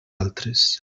altres